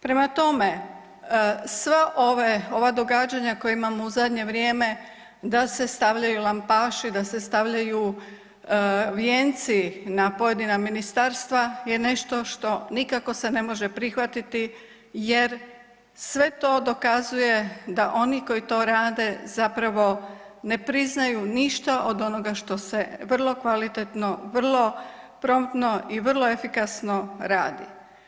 Prema tome sva ova događanja koja imamo u zadnje vrijeme da se stavljaju lampaši da se stavljaju vijenci na pojedina ministarstva je nešto što se nikako ne može prihvatiti jer sve to dokazuje da oni koji to rade zapravo ne priznaju ništa od noga što se vrlo kvalitetno, vrlo promptno i vrlo efikasno radi.